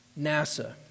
NASA